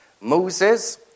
Moses